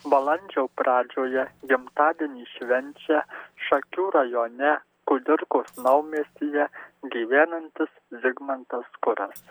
balandžio pradžioje gimtadienį švenčia šakių rajone kudirkos naumiestyje gyvenantis vidmantas kuras